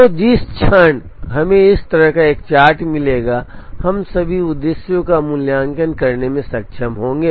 तो जिस क्षण हमें इस तरह एक चार्ट मिलेगा हम सभी उद्देश्यों का मूल्यांकन करने में सक्षम होंगे